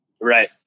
right